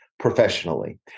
professionally